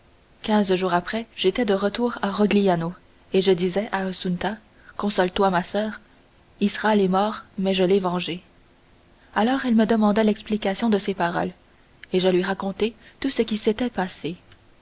quinze jours après j'étais de retour à rogliano et je disais à assunta console-toi ma soeur israël est mort mais je l'ai vengé alors elle me demanda l'explication de ces paroles et je lui racontai tout ce qui s'était passé